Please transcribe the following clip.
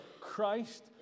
Christ